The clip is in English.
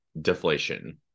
deflation